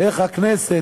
איך הכנסת,